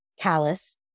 callus